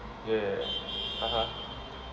ya ya ya (uh huh)